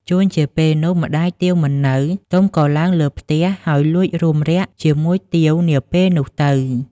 ជួនជាពេលនោះម្តាយទាវមិននៅ ទុំក៏ឡើងលើផ្ទះហើយលួចរួមរ័ក្សជាមួយទាវនាពេលនោះទៅ ។